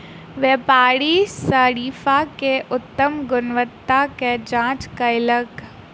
व्यापारी शरीफा के उत्तम गुणवत्ताक जांच कयलक